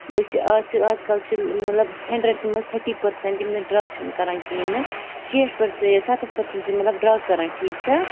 وٕچھ یہِ آز چھِ آز کَل چھِ مطلب ہٮ۪نٛڈرنٛڈ منٛز تھٔٹی پٔرسَنٛٹ یِم نہٕ ڈرٛگ چھِنہٕ کَران کِہیٖنۍ نہٕ شیٹھ سَتَتھ پٔرسنٛٹ چھِ مطلب ڈرٛگ کَران ٹھیٖک چھا